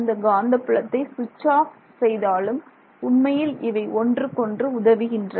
இந்த காந்த புலத்தை ஸ்விட்ச் ஆஃப் செய்தாலும் உண்மையில் இவை ஒன்றுக்கொன்று உதவுகின்றன